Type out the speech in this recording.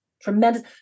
Tremendous